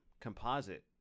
composite